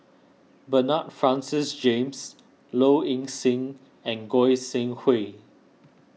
Bernard Francis James Low Ing Sing and Goi Seng Hui